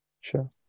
sure